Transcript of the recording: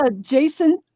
Jason